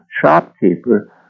shopkeeper